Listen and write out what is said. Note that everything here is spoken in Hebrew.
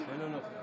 אינו נוכח